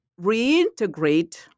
reintegrate